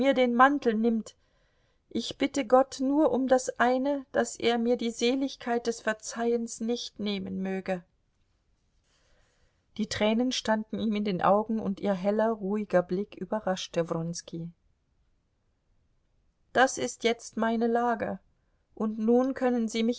den mantel nimmt ich bitte gott nur um das eine daß er mir die seligkeit des verzeihens nicht nehmen möge die tränen standen ihm in den augen und ihr heller ruhiger blick überraschte wronski das ist jetzt meine lage und nun können sie mich